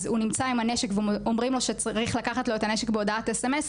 הוא נמצא עם הנשק ואומרים לו שצריך לקחת לו את הנשק בהודעת sms,